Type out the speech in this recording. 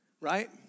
right